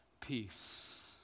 Peace